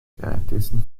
währenddessen